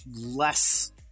less